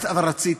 אבל רציתי.